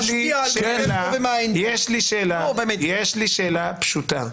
שאלה פשוטה.